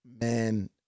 Man